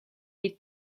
les